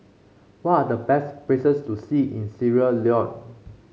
what are the best places to see in Sierra Leone